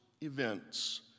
events